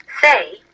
Say